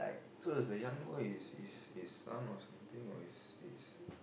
so is the young boy is is his son or something or is is